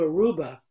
Aruba